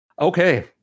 Okay